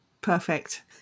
perfect